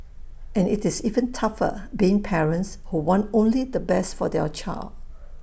and it's even tougher being parents who want only the best for their child